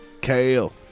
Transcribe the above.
Kale